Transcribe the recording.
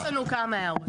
יש לנו כמה הערות.